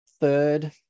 third